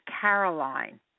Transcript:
Caroline